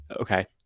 okay